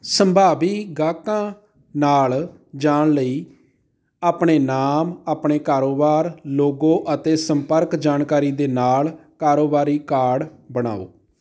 ਸੰਭਾਵੀ ਗਾਹਕਾਂ ਨਾਲ ਜਾਣ ਲਈ ਆਪਣੇ ਨਾਮ ਆਪਣੇ ਕਾਰੋਬਾਰ ਲੋਗੋ ਅਤੇ ਸੰਪਰਕ ਜਾਣਕਾਰੀ ਦੇ ਨਾਲ ਕਾਰੋਬਾਰੀ ਕਾਰਡ ਬਣਾਓ